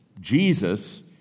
Jesus